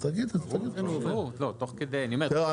תראו,